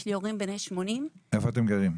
יש לי הורים בני 80. איפה אתם גרים?